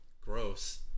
Gross